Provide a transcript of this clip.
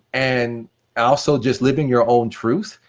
and also just living your own truth,